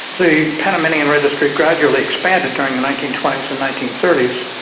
the panamanian registry gradually expanded during the nineteen twenty s and nineteen thirty s.